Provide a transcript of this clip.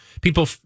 people